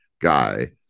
guy